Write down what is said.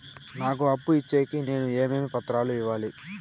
నాకు అప్పు ఇచ్చేకి నేను ఏమేమి పత్రాలు ఇవ్వాలి